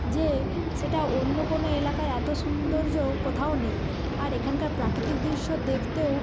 যে সেটা অন্য কোনও এলাকায় এত সৌন্দর্য কোথাও নেই আর এখানকার প্রাকৃতিক দৃশ্য দেখতেও